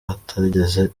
atigeze